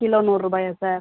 kilo நூறுபாயா sir